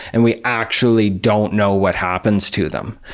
and we actually don't know what happens to them,